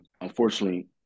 Unfortunately